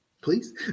Please